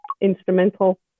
instrumental